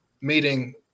meeting